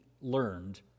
learned